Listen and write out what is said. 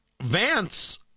Vance